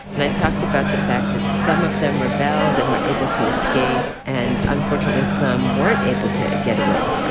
and i talked about the fact that some of them rebelled and were able to escape. and unfortunately, some weren't able to get away.